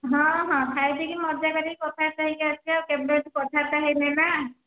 ହଁ ହଁ ଖାଇ ପିଇ କି ମଜା କରିକି କଥାବାର୍ତ୍ତା ହୋଇକି ଆସିବା କେବେଠାରୁ କଥାବାର୍ତ୍ତା ହୋଇନେ ନା